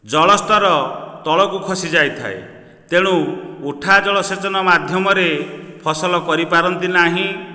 ଜଳସ୍ଥର ତଳକୁ ଖସି ଯାଇଥାଏ ତେଣୁ ଉଠା ଜଳସେଚନ ମାଧ୍ୟମରେ ଫସଲ କରିପାରନ୍ତି ନାହିଁ